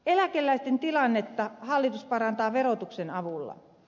eläkeläisten tilannetta hallitus parantaa verotuksen avulla